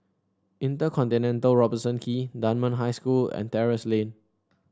Inter Continental Robertson Quay Dunman High School and Terrasse Lane